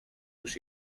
już